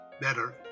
better